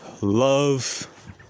love